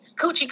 coochie